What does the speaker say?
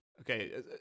Okay